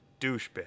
douchebag